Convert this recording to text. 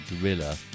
Gorilla